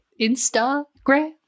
Instagram